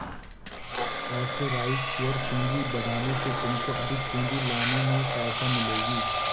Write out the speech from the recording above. authorised share पूंजी बढ़ाने से तुमको अधिक पूंजी लाने में सहायता मिलेगी